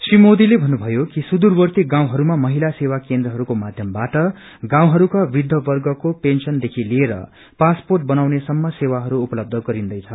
श्री मोदीले भन्नुभयो कि सुदूवर्ती गाउँहरूमा महिला सेवा केन्द्रहरूको माध्यमबाट गाउँहरूको वृद्धवर्गको पेंशन देखि लिएर पासर्पोट बनाउने सम्म सेवाहरू उपलब्य गरिन्दैछ